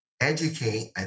educate